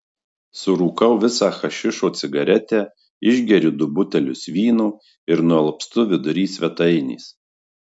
surūkau visą hašišo cigaretę išgeriu du butelius vyno ir nualpstu vidury svetainės